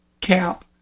CAP